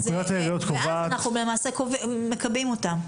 ואז אנחנו למעשה מקבעים אותם.